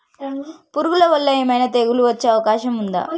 పురుగుల వల్ల ఏమైనా తెగులు వచ్చే అవకాశం ఉందా?